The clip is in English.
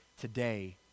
today